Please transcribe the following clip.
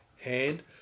hand